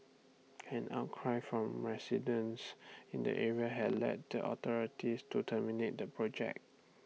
an outcry from residents in the area had led the authorities to terminate the project